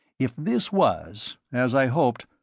if this was, as i hoped,